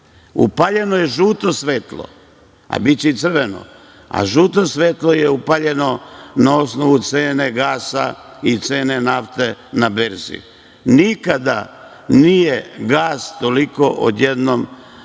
Upaljeno je žuto svetlo, a biće i crveno. Žuto svetlo je upaljeno na osnovu cene gasa i cene nafte na berzi. Nikada nije gas toliko odjednom skočio,